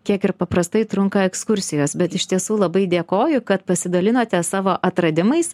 kiek ir paprastai trunka ekskursijos bet iš tiesų labai dėkoju kad pasidalinote savo atradimais